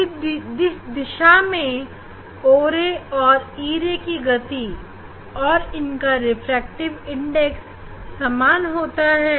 इस दिशा में o ray और e ray की गति और इनका रिफ्रैक्टिव इंडेक्स समान होता है